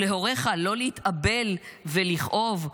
ולהוריך לא להתאבל ולכאוב,